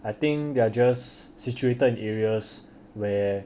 I think they're just situated in areas where